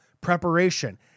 preparation